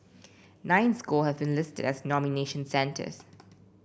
nine school have been listed as nomination centres